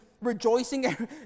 rejoicing